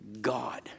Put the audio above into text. God